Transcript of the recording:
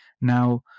Now